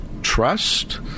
trust